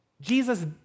Jesus